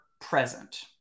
present